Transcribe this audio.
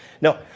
no